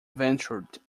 ventured